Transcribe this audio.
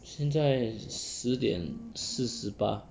现在十点四十八